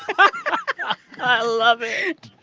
but but i love it.